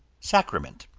sacrament,